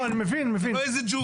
לא, אני מבין, מבין.